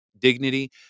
dignity